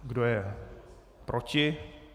Kdo je proti?